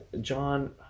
john